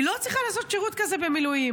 היא לא צריכה לעשות שירות כזה במילואים.